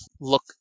look